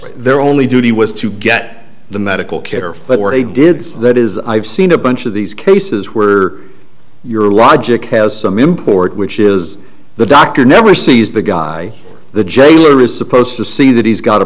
their only duty was to get the medical care for where they did so that is i've seen a bunch of these cases were your logic has some import which is the doctor never sees the guy the jailer is supposed to see that he's got a